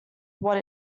what